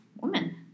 woman